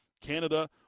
Canada